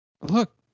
look